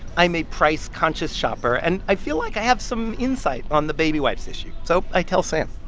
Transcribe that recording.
i'm a price-conscious shopper, and i feel like i have some insight on the baby wipes issue, so i tell sam.